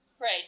Right